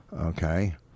Okay